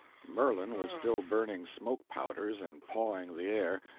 merlin was still burning smoke-powders, and pawing the air,